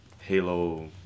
Halo